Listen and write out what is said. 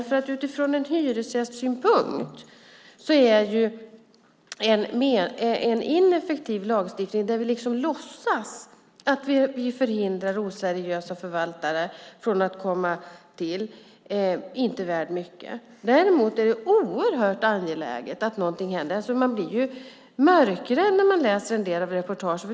Från hyresgästens synpunkt är en ineffektiv lagstiftning där vi liksom låtsas att vi förhindrar oseriösa förvaltare att komma till inte mycket värd. Däremot är det oerhört angeläget att någonting händer. Man blir ju mörkrädd när man läser en del av reportagen.